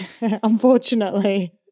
unfortunately